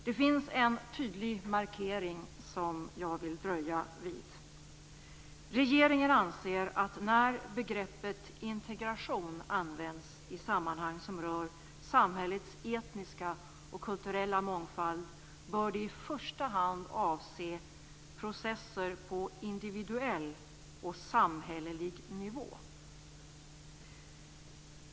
Det finns en tydlig markering som jag vill dröja vid. Regeringen anser att när begreppet integration används i sammanhang som rör samhällets etniska och kulturella mångfald bör det i första hand avse processer på individuell och samhällelig nivå.